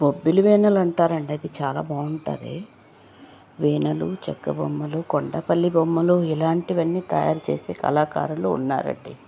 బొబ్బిలి వీణలంటారండీ అది చాలా బాగుంటుంది వీణలు చెక్క బొమ్మలు కొండపల్లి బొమ్మలు ఇలాంటివన్నీ తయారు చేసే కళాకారులు ఉన్నారండి